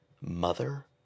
Mother